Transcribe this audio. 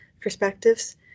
perspectives